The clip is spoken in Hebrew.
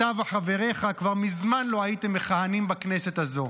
אתה וחבריך כבר מזמן לא הייתם מכהנים בכנסת הזו,